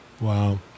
Wow